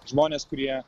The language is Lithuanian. žmonės kurie